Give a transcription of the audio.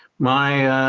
my